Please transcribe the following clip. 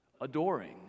Adoring